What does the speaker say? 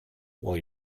while